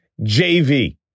JV